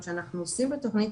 מתאימים את התוכן,